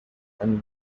and